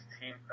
team